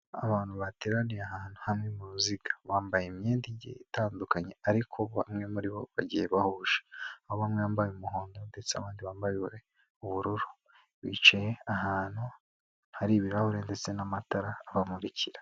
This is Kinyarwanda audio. Abantu bateraniye ahantu hamwe mu ruziga, bambaye imyenda itandukanye ariko bamwe muri bo bagiye bahuje, aho bamwe bambaye umuhondo ndetse abandi bambaye ubururu, bicaye ahantu hari ibirahure ndetse n'amatara abamurikira.